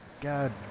God